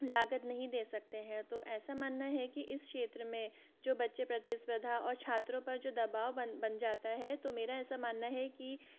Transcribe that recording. लागत नहीं दे सकते हैं तो ऐसा मानना है कि इस क्षेत्र में जो बच्चे प्रतिस्पर्धा और छात्रों पर जो दबाव बन बन जाता है तो मेरा ऐसा मानना है की